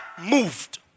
moved